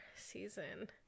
season